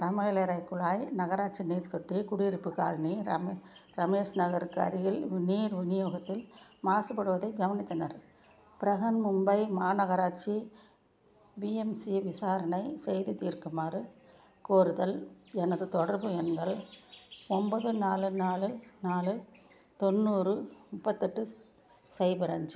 சமையலறைக் குழாய் நகராட்சி நீர்த் தொட்டி குடியிருப்புக் காலனி ரமே ரமேஷ் நகருக்கு அருகில் நீர் விநியோகத்தில் மாசுபடுவதைக் கவனித்தனர் பிரஹன்மும்பை மாநகராட்சி பிஎம்சி விசாரணை செய்து தீர்க்குமாறு கோருதல் எனது தொடர்பு எண்கள் ஒன்போது நாலு நாலு நாலு தொண்ணூறு முப்பத்தெட்டு சைபர் அஞ்சி